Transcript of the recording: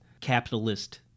capitalist